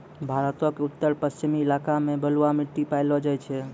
भारतो के उत्तर पश्चिम इलाका मे बलुआ मट्टी पायलो जाय छै